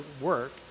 work